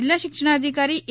જિલ્લા શિક્ષણધિકારી એ